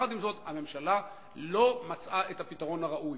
עם זאת, הממשלה לא מצאה את הפתרון הראוי.